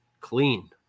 clean